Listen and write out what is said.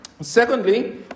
Secondly